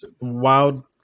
wild